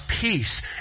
peace